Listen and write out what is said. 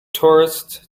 tourist